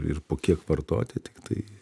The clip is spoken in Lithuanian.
ir po kiek vartoti tiktai